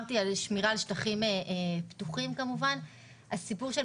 סוגיה נוספת,